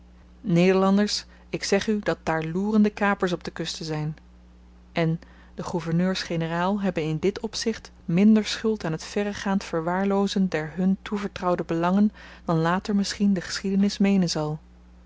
nederlanders ik zeg u dat daar loerende kapers op de kusten zyn en de gouverneurs generaal hebben in dit opzicht minder schuld aan t verregaand verwaarloozen der hun toevertrouwde belangen dan later misschien de geschiedenis meenen zal